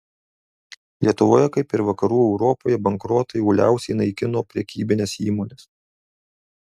lietuvoje kaip ir vakarų europoje bankrotai uoliausiai naikino prekybines įmones